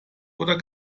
oder